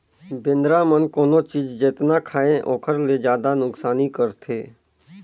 बेंदरा मन कोनो चीज जेतना खायें ओखर ले जादा नुकसानी करथे